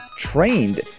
Trained